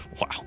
Wow